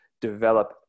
develop